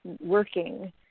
working